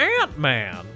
ant-man